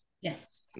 Yes